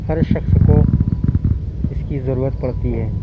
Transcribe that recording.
ہر شخص کو اس کی ضرورت پڑتی ہے